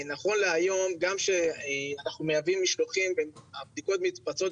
אנחנו בודקים, כרגע התשובה שלנו